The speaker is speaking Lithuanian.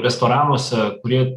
restoranuose prie